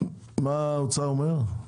מה האוצר אומר?